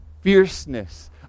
fierceness